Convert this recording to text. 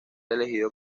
elegido